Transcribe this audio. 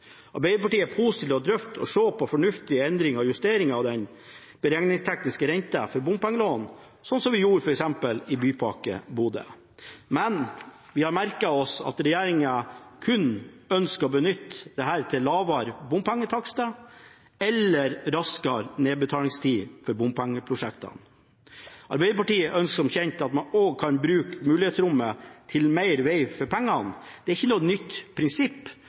Arbeiderpartiet er positiv til å drøfte og se på fornuftige endringer og justeringer av den beregningstekniske renten for bompengelån, sånn som vi gjorde f.eks. i Bypakke Bodø. Men vi har merket oss at regjeringen kun ønsker å benytte dette til lavere bompengetakster, eller til raskere nedbetalingstid for bompengeprosjektene. Arbeiderpartiet ønsker som kjent at man også kan bruke mulighetsrommet til mer veg for pengene. Det er ikke noe nytt prinsipp